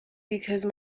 because